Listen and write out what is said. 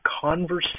conversation